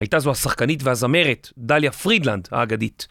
הייתה זו השחקנית והזמרת, דליה פרידלנד, האגדית.